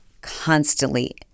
constantly